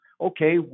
Okay